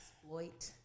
exploit